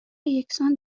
یکسان